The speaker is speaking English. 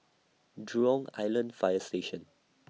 Jurong Island Fire Station